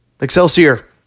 Excelsior